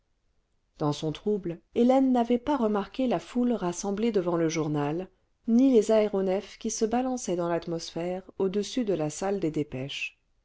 dans son trouble hélène n'avait pas remarqué la foule rassemblée devant le journal ni les aéronefs qui se balançaient dans l'atmosphère audessus de la salle des dépêches